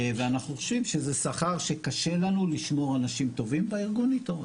ואנחנו חושבים שזה שכר שקשה לנו לשמור אנשים טובים בארגון איתו.